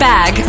Bag